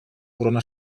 corona